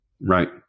right